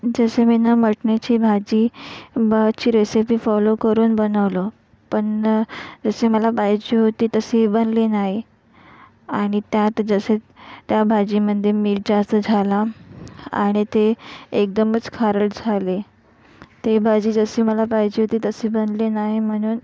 जसं मीनं मटण्याची भाजी बाजची रेसिपी फॉलो करून बनवलो पण जशी मला पाहिजे होती तशी बनली नाही आणि त्यात जसं त्या भाजीमध्ये मीठ जास्त झाला आणि ते एकदमच खारट झाली ते भाजी जशी मला पाहिजे होती तशी बनली नाही म्हणून